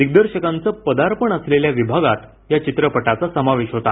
दिग्दर्शकांचं पदार्पण असलेल्या विभागात या चित्रपटाचा समावेश होता